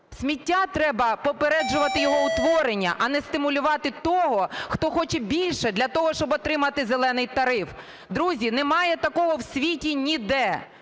Сміття… Треба попереджувати його утворення, а не стимулювати того, хто хоче більше для того, щоб отримати "зелений" тариф. Друзі, немає такого в світі ніде,